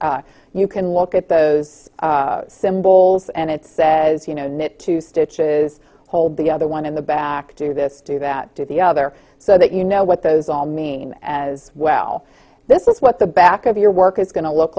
you can look at those symbols and it says you know knit two stitches hold the other one in the back do this do that to the other so that you know what those all mean as well this is what the back of your work is going to look